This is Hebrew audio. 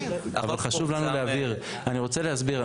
אני רוצה להסביר.